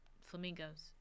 flamingos